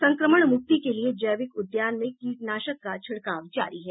संक्रमण मुक्ति के लिए जैविक उद्यान में किटनाशक का छिड़काव जारी है